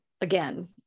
again